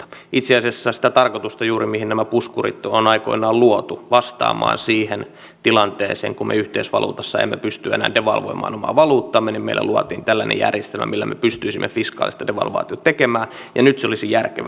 itse asiassa juuri sitä tarkoitusta varten mihin nämä puskurit on aikoinaan luotu vastaamaan siihen tilanteeseen kun me yhteisvaluutassa emme pysty enää devalvoimaan omaa valuuttaamme meille luotiin tällainen järjestelmä millä me pystyisimme fiskaalisesti devalvaation tekemään ja nyt se olisi järkevää